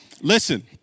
Listen